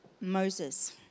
Moses